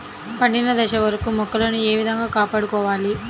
పండిన దశ వరకు మొక్కలను ఏ విధంగా కాపాడుకోవాలి?